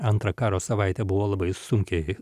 antrą karo savaitę buvo labai sunkiai